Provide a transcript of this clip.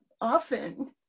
often